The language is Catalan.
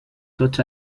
tots